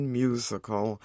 musical